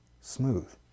smooth